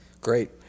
Great